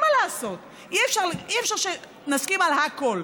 אין מה לעשות, אי-אפשר שנסכים על הכול,